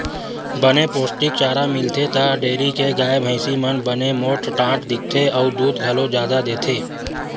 बने पोस्टिक चारा मिलथे त डेयरी के गाय, भइसी मन बने मोठ डांठ दिखथे अउ दूद घलो जादा देथे